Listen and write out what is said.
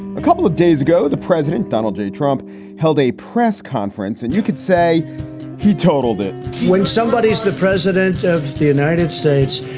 a couple of days ago, the president, donald j. trump held a press conference and you could say he totaled it when somebody is the president of the united states,